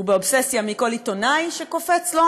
הוא באובססיה מכל עיתונאי שקופץ לו